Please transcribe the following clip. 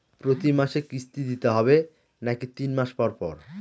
প্রতিমাসে কিস্তি দিতে হবে নাকি তিন মাস পর পর?